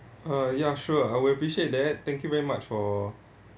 uh ya sure I will appreciate that thank you very much for